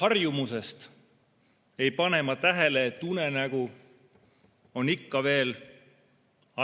Harjumusest ei pane ma tähele, et unenägu on ikka veel